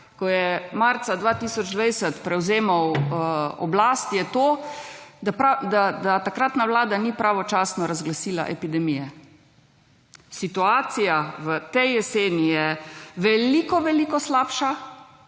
ko je marca 2020 prevzemal oblast je to, da takratna vlada ni pravočasno razglasila epidemije. Situacija v tej jeseni je veliko veliko slabša,